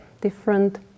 different